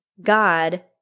God